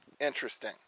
Interesting